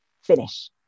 finish